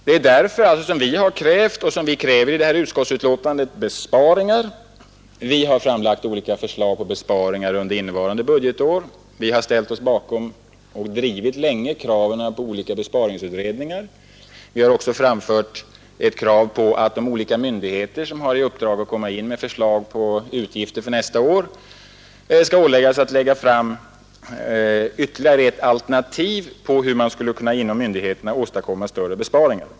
Det är därför som vi har krävt och i det här utskottsbetänkandet på nytt kräver besparingar. Vi har framlagt olika förslag på besparingar under innevarande budgetår. Vi har ställt oss bakom och länge drivit kraven på olika besparingsutredningar. Vi har också framfört ett krav på att de olika myndigheter, som har i uppdrag att komma in med förslag på utgifter för nästa år, skall lägga fram ytterligare ett alternativ på hur man inom myndigheterna skulle kunna åstadkomma större besparingar.